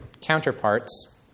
counterparts